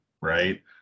right